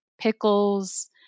pickles